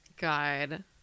God